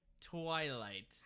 Twilight